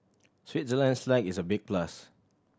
Switzerland's flag is a big plus